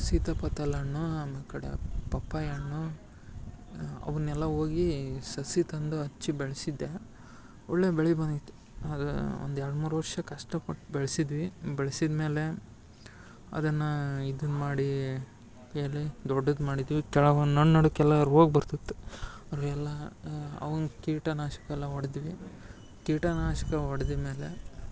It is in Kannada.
ಸೀತಾಫಲಣ್ಣು ಅಮ್ಯಾಕಡೆ ಪಪ್ಪಾಯ ಹಣ್ಣು ಅವನ್ನೆಲ್ಲ ಹೋಗಿ ಸಸಿ ತಂದು ಹಚ್ಚಿ ಬೆಳೆಸಿದ್ದೆ ಒಳ್ಳೆಯ ಬೆಳೆ ಬಂದಿತ್ತು ಆದರೆ ಒಂದೆರಡು ಮೂರು ವರ್ಷ ಕಷ್ಟಪಟ್ಟು ಬೆಳೆಸಿದ್ವಿ ಬೆಳ್ಸಿದ ಮೇಲೆ ಅದನ್ನು ಇದನ್ನು ಮಾಡಿ ಎಲೆ ದೊಡ್ಡದು ಮಾಡಿದ್ವಿ ಕೆಳಗೆ ನಡುಕ್ಕೆಲ್ಲ ರೋಗ ಬರ್ತಿತ್ತು ಅವರು ಎಲ್ಲ ಅವಂಗ್ ಕೀಟನಾಶಕ ಎಲ್ಲ ಹೊಡ್ದ್ವಿ ಕೀಟನಾಶಕ ಹೊಡ್ದಿದ್ ಮೇಲೆ